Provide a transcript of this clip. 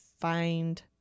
find